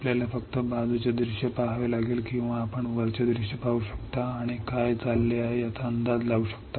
आपल्याला फक्त बाजूचे दृश्य पहावे लागेल किंवा आपण वरचे दृश्य पाहू शकता आणि काय चालले आहे याचा अंदाज लावू शकता